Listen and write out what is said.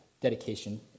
Dedication